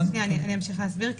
אמשיך להסביר,